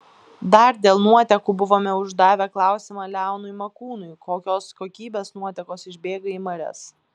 dar dėl nuotekų buvome uždavę klausimą leonui makūnui kokios kokybės nuotekos išbėga į marias